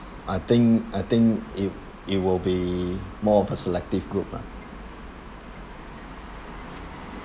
I think I think it it will be more of a selective group lah